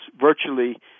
virtually